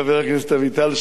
חבר הכנסת אביטל,